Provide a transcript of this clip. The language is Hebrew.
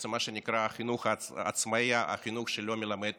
מה שנקרא החינוך העצמאי, החינוך שלא מלמד